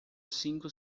cinco